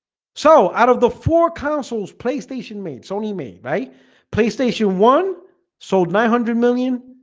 so out of the four consoles playstation made sony made, right playstation one sold nine hundred million.